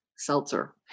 seltzer